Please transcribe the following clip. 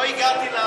לא הגעתי,